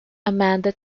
amanda